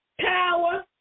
Power